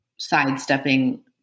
sidestepping